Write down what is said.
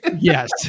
Yes